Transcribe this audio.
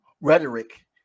rhetoric